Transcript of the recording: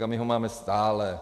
A my ho máme stále.